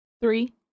Three